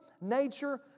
nature